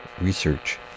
Research